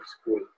school